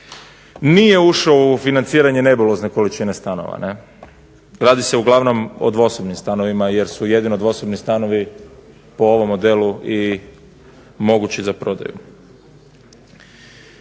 nije ušao u financiranje nebulozne količine stanova. Radi se uglavnom o dvosobnim stanovima, jer su jedino dvosobni stanovi po ovom modelu mogući za prodaju.